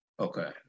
Okay